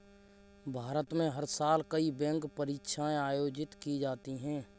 भारत में हर साल कई बैंक परीक्षाएं आयोजित की जाती हैं